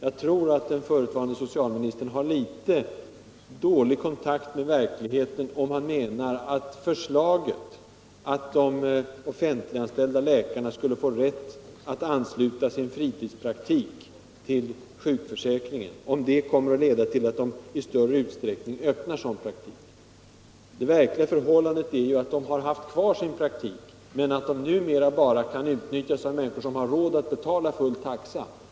Jag tror att den förutvarande socialministern har litet dålig kontakt med verkligheten, om han menar att förslaget att de offentliganställda läkarna skulle få rätt att ansluta sin fritidspraktik till sjukförsäkringen, skulle komma att Jeda till att läkarna I större utsträckning skulle öppna sådan praktik. Det verkliga förhållandet är ju att de har haft kvar sin praktik men att denna numera bara kan utnyttjas av människor som har råd att betala full taxa.